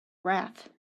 wrath